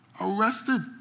Arrested